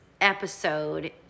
episode